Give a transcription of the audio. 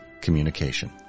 communication